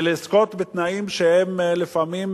ולזכות בתנאים שהם לפעמים,